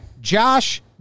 Josh